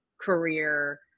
career